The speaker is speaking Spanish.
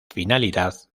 finalidad